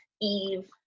Eve